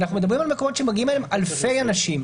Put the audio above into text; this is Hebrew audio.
אנחנו מדברים על מקומות שמגיעים אליהם אלפי אנשים,